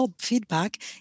feedback